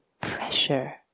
pressure